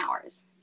hours